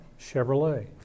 Chevrolet